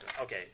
Okay